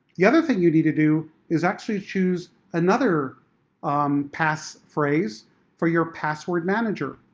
the other thing you need to do, is actually choose another um pass phrase for your password manager.